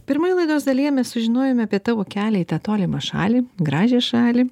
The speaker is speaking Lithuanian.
pirmoje laidos dalyje mes sužinojome apie tavo kelią į tą tolimą šalį gražią šalį